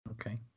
okay